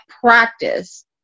practice